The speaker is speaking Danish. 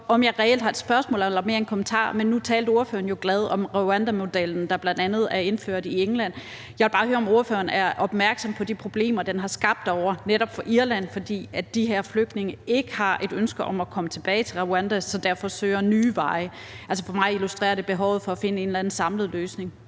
om jeg reelt har et spørgsmål, eller om det mere er en kommentar, men nu talte ordføreren jo glad om rwandamodellen, der bl.a. er indført i England. Jeg vil bare høre, om ordføreren er opmærksom på de problemer, den har skabt derovre netop for Irland, fordi de her flygtninge ikke har et ønske om at komme tilbage til Rwanda og derfor søger nye veje. For mig illustrerer det behovet for at finde en eller anden samlet løsning.